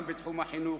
בתחום החינוך,